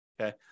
okay